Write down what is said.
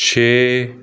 ਛੇ